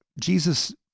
Jesus